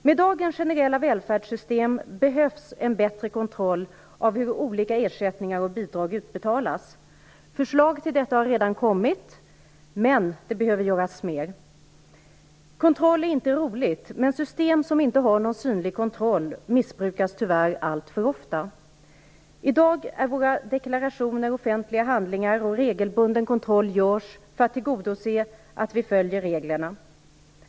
Med dagens generella välfärdssystem behövs det en bättre kontroll av hur olika ersättningar och bidrag utbetalas. Förslag till detta har redan kommit, men det behöver göras mera. Kontroll är inte roligt, men system som inte har någon synlig kontroll missbrukas tyvärr alltför ofta. I dag är våra deklarationer offentliga handlingar, och regelbunden kontroll görs för att tillse att vi följer reglerna.